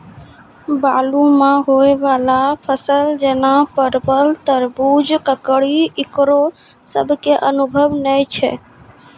बालू मे होय वाला फसल जैना परबल, तरबूज, ककड़ी ईकरो सब के अनुभव नेय छै?